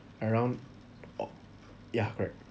around au~ ya correct